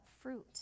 fruit